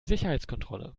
sicherheitskontrolle